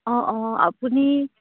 অঁ অঁ আপুনি